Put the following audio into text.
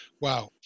wow